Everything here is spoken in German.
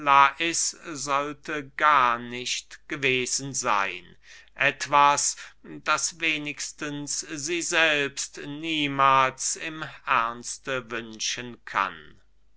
sollte gar nicht gewesen seyn etwas das wenigstens sie selbst niemahls im ernste wünschen kann